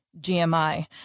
GMI